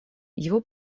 его